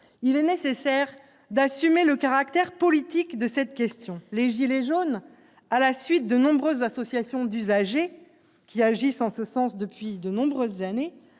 il est nécessaire d'assumer le caractère politique de cette question. Les « gilets jaunes », à la suite de nombreuses associations d'usagers qui agissent en ce sens depuis des années,